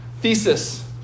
Thesis